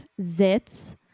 zits